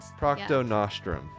Proctonostrum